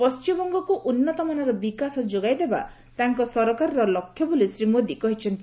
ପଶ୍ଚିମବଙ୍ଗକୁ ଉନ୍ନତମାନର ବିକାଶ ଯୋଗାଇ ଦେବା ତାଙ୍କ ସରକାରର ଲକ୍ଷ୍ୟ ବୋଲି ଶ୍ରୀ ମୋଦି କହିଛନ୍ତି